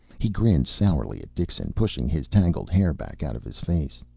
he grinned sourly at dixon, pushing his tangled hair back out of his face.